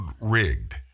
Rigged